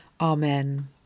Amen